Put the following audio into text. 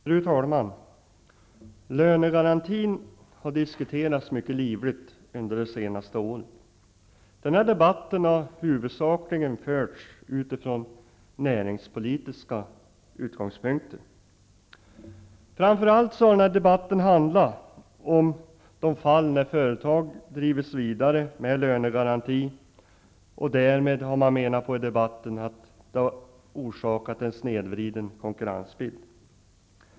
Fru talman! Lönegarantin har diskuterats mycket livligt under det senaste året. Debatten har huvudsakligen förts utifrån näringspolitiska utgångspunkter. Framför allt har debatten handlat om de fall när företag drivits vidare med lönegarantin och därmed orsakat en snedvriden konkurrens.